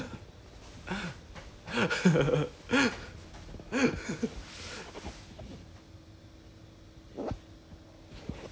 what what if they what if they give you the option this option now and ask you to leave the company